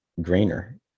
Grainer